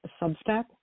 Substack